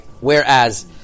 Whereas